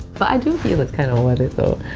but i do feel it's kind of worth it though.